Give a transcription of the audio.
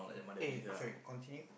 eh sorry continue